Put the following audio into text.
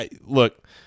look